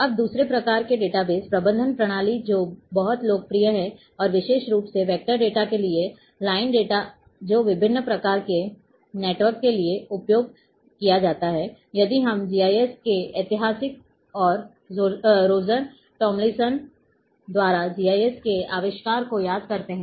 अब दूसरे प्रकार के डेटाबेस प्रबंधन प्रणाली जो बहुत लोकप्रिय है और विशेष रूप से वेक्टर डेटा के लिए है लाइन डेटा जो विभिन्न प्रकार के नेटवर्क के लिए उपयोग किया जाता है यदि हम जीआईएस के इतिहास और रोजर टॉमलिंसन द्वारा जीआईएस के आविष्कार को याद करते हैं